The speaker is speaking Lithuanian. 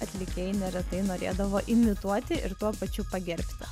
atlikėjai neretai norėdavo imituoti ir tuo pačiu pagerbti